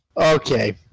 Okay